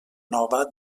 nova